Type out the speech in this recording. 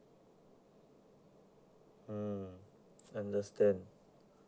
mm understand